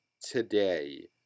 today